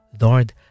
Lord